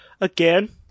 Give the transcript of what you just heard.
Again